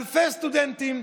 אלפי סטודנטים,